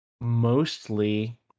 mostly